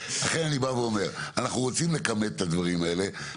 אנחנו רוצים לכמת את הדברים האלה,